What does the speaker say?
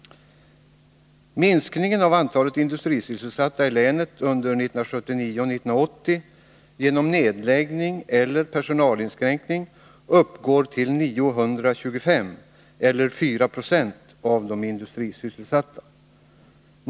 Minskningen av antalet industrisysselsatta i länet under 1979 och 1980 genom nedläggning eller personalinskränkning uppgår till 925 personer eller 4 90 av de industrisysselsatta.